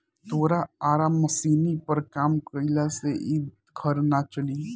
तोरा आरा मशीनी पर काम कईला से इ घर ना चली